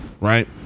right